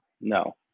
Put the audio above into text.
no